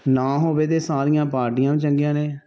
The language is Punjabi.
ਨਾ ਹੋਵੇ ਅਤੇ ਸਾਰੀਆਂ ਪਾਰਟੀਆਂ ਵੀ ਚੰਗੀਆਂ ਨੇ